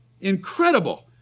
incredible